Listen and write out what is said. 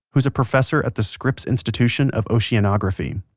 who is a professor at the scripps institution of oceanography.